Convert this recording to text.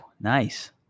nice